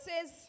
says